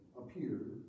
appeared